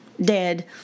dead